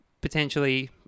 potentially